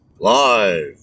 Live